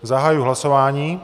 Zahajuji hlasování.